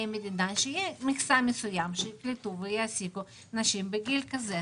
המדינה שתהיה מכסה מסוימת שיקלטו ויעסיקו נשים בגיל כזה.